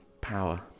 power